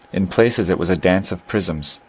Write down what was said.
in places it was a dance of prisms.